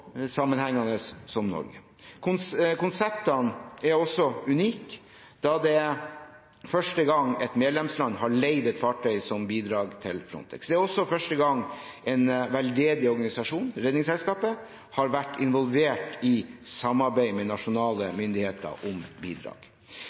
sammenhengende som Norge. Konseptene er også unike, da det er første gang et medlemsland har leid et fartøy som bidrag til Frontex. Det er også første gang en veldedig organisasjon, Redningsselskapet, har vært involvert i samarbeid med nasjonale